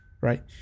right